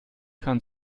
kann